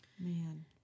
Man